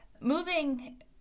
moving